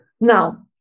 now